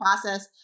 process